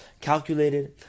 calculated